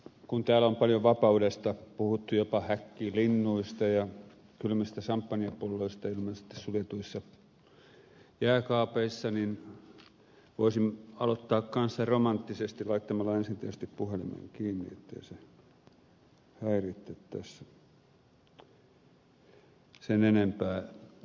kun täällä on paljon vapaudesta puhuttu jopa häkkilinnuista ja kylmistä samppanjapulloista ilmeisesti suljetuissa jääkaapeissa niin voisin aloittaa kanssa romanttisesti laittamalla ensin tietysti puhelimen kiinni ettei se häiritse tässä sen enempää